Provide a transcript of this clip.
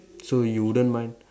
so you wouldn't mind